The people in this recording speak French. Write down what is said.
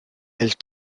elle